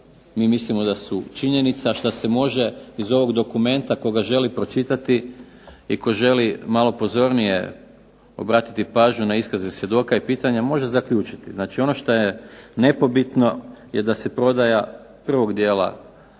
mi mislimo da su činjenica što se može iz ovog dokumenta tko ga želi pročitati i tko želi malo pozornije obratiti pažnju na iskaze svjedoka i pitanje može zaključiti. Znači ono što je nepobitno je da se prodaja prvog dijela